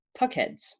puckheads